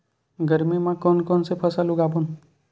गरमी मा कोन कौन से फसल उगाबोन?